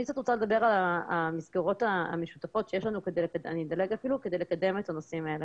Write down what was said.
אני רוצה לדבר על המסגרות המשותפות שיש לנו כדי לקדם את הנושאים האלו.